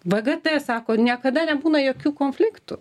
vgt sako niekada nebūna jokių konfliktų